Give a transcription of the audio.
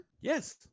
Yes